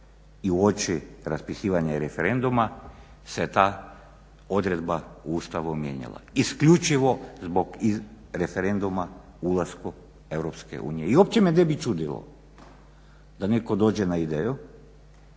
i uoči raspisivanja referenduma se ta odredba u Ustavu mijenjala isključivo zbog referenduma o ulasku u Europsku uniju. I uopće me ne bi čudilo da netko dođe na ideju